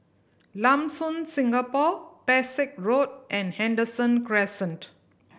Lam Soon Singapore Pesek Road and Henderson Crescent